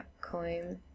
coin